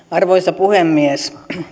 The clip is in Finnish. arvoisa puhemies